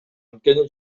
анткени